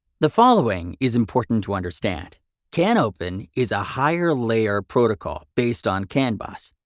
the following is important to understand canopen is a higher layer protocol based on can bus.